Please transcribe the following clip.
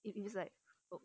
if it's like um